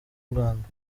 rwanda